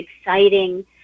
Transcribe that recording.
exciting